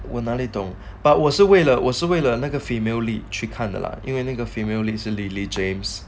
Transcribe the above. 我哪里懂 but 我是为了我是为了那个 female lead 去看的 lah 因为那个 female lily james